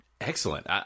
excellent